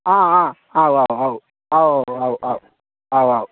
అవు అవు అవు అవు అవు